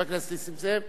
חבר הכנסת נסים זאב,